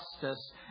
justice